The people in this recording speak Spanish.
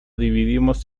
dividimos